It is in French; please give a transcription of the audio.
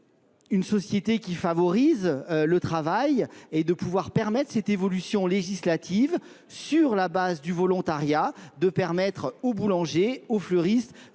une société qui favorise le travail et de pouvoir permettre cette évolution législative sur la base du volontariat, de permettre aux boulangers, aux fleuristes